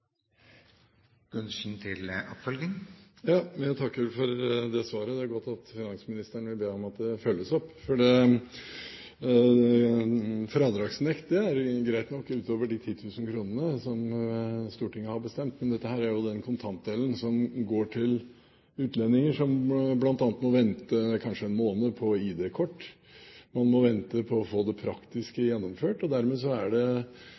Jeg takker for svaret. Det er godt at finansministeren vil be om at det følges opp. Fradragsnekt er greit nok utover de 10 000 kr som Stortinget har bestemt, men dette er jo den kontantdelen som går til utlendinger som bl.a. må vente kanskje en måned på ID-kort, og som må vente på å få det praktiske gjennomført. Dermed er det